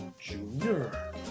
Junior